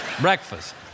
breakfast